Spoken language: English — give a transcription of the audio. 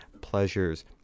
pleasures